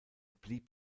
blieb